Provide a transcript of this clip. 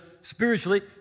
spiritually